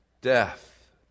death